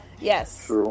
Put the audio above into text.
yes